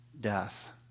death